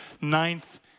ninth